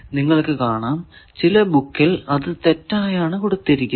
നിങ്ങൾക്കു കാണാം ചില ബുക്കിൽ അത് തെറ്റായാണ് കൊടുത്തിരിക്കുന്നത്